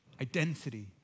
identity